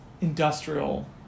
industrial